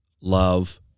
love